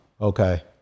okay